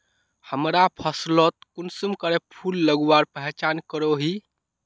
हमरा फसलोत कुंसम करे फूल लगवार पहचान करो ही?